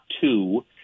two